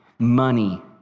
Money